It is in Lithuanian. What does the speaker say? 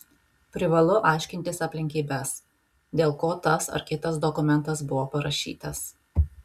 privalu aiškintis aplinkybes dėl ko tas ar kitas dokumentas buvo parašytas